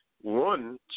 one